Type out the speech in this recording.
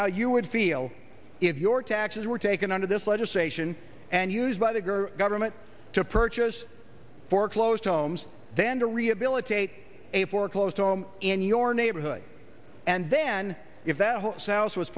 how you would feel if your taxes were taken under this legislation and used by the grow government to purchase foreclosed homes then to rehabilitate a foreclosed home in your neighborhood and then if that